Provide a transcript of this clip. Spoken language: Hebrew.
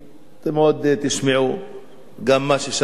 אתם עוד תשמעו גם מה ששמעתם,